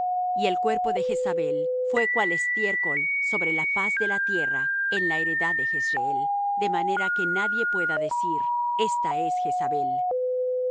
y el cuerpo de jezabel fué cual estiércol sobre la faz de la tierra en la heredad de jezreel de manera que nadie pueda decir esta es jezabel